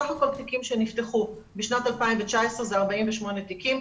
סך הכול תיקים שנפתחו בשנת 2019 48 תיקים,